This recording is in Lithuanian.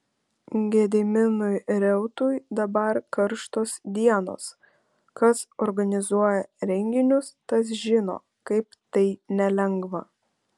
gediminui reutui dabar karštos dienos kas organizuoja renginius tas žino kaip tai nelengva